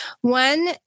one